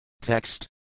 Text